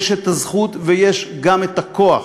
יש הזכות ויש גם הכוח